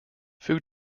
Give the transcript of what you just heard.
food